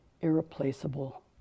irreplaceable